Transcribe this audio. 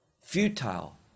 futile